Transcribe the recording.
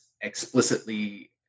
explicitly